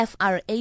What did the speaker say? FRA